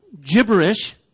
gibberish